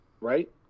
right